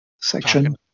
Section